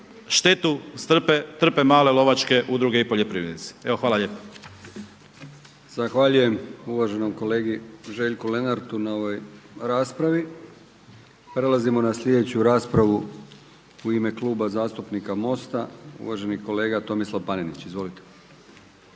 štetu trpe male lovačke udruge i poljoprivrednici. Hvala lijepa. **Brkić, Milijan (HDZ)** Zahvaljujem uvaženom kolegi Željku Lenartu na ovoj raspravi. Prelazimo na sljedeću raspravu. U ime Kluba zastupnika MOST-a uvaženi kolega Tomislav Panenić. Izvolite.